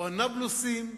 או הנבלוסים?